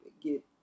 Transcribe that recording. get